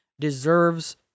deserves